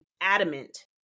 adamant